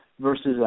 versus